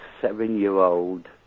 seven-year-old